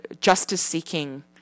justice-seeking